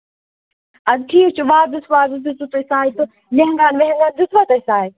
اَدٕ کیٚنٛہہ چھُنہٕ وازَس وازَس دِژَوٕ تۄہہِ سَے تہٕ لیٚہنٛگا لینگاہَس دِژَوا تۄہہِ سَے